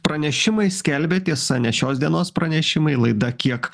pranešimai skelbia tiesa ne šios dienos pranešimai laida kiek